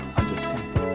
understanding